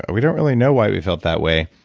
ah we don't really know why we felt that way.